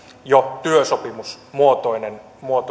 jo työsopimusmuotoinen